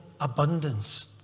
abundance